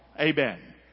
Amen